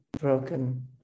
broken